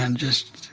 and just